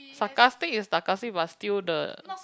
sarcastic is sarcastic but still the